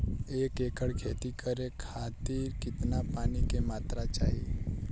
एक एकड़ खेती करे खातिर कितना पानी के मात्रा चाही?